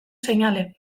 seinale